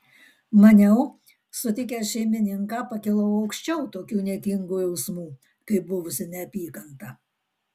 maniau sutikęs šeimininką pakilau aukščiau tokių niekingų jausmų kaip buvusi neapykanta